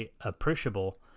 appreciable